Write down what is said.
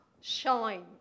shine